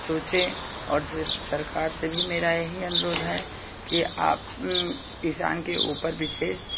सोचें और सरकार से भी मेरा यही अनुरोध है कि आप किसान के ऊपर विशेष